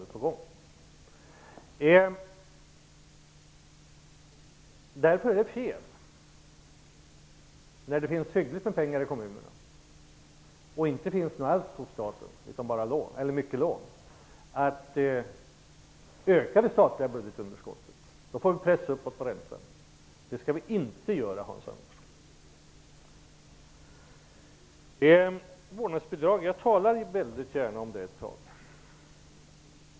Det är därför fel att öka det statliga budgetunderskottet, när det finns hyggligt med pengar i kommunerna, men inga alls hos staten -- utan många lån i stället. Det innebär press uppåt vad gäller räntan. Så skall vi inte göra, Hans Jag talar gärna om vårdnadsbidraget ett tag.